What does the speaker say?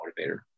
motivator